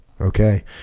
okay